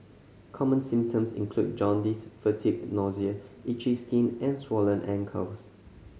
common symptoms include jaundice fatigue nausea itchy skin and swollen ankles